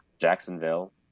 Jacksonville